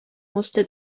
musste